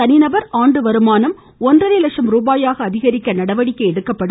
தனிநபர் ஆண்டு வருமானம் ஒன்றரை லட்சம் ரூபாயாக அதிகரிக்க நடவடிக்கை எடுக்கப்படும்